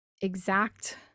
exact